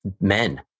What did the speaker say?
men